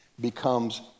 becomes